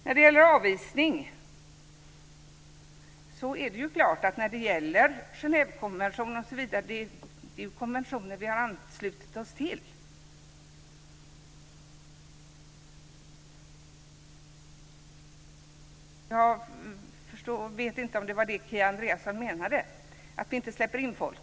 När det gäller avvisning och Genèvekonventionen så är det ju konventionen vi har anslutit oss till. Jag vet inte om det var det Kia Andreasson menade - att vi inte släpper in folk.